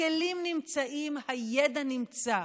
הכלים נמצאים, הידע נמצא,